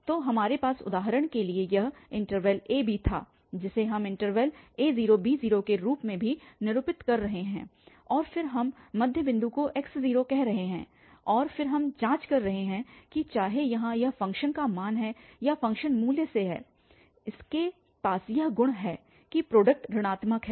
तो हमारे पास उदाहरण के लिए यह ab था जिसे हम a0b0 के रूप में भी निरूपित कर रहे हैं और फिर हम मध्य बिंदु को x0 कह रहे हैं और फिर हम जाँच कर रहे हैं कि चाहे यहाँ यह फ़ंक्शन का मान है या फ़ंक्शनल मूल्य से है उनके पास यह गुण है कि प्रोडक्ट ऋणात्मक है